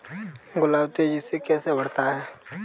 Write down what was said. गुलाब तेजी से कैसे बढ़ता है?